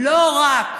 לא רק